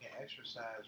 exercise